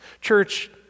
Church